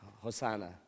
Hosanna